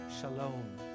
shalom